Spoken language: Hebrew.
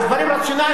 יש דברים רציונליים,